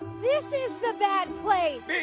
this is the bad place.